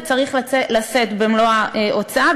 הוא צריך לשאת במלוא ההוצאה,